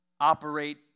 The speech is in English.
operate